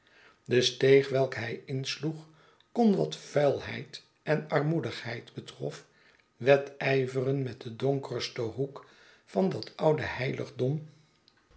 de steeg welke hij insloeg kon wat vuilheid en armoedigheid betrof wedijvereh met den donkersten hoek van dat oude heiligdom